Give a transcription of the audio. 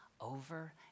over